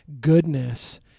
goodness